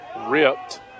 ripped